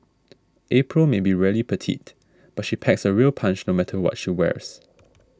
April may be really petite but she packs a real punch no matter what she wears